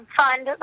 fund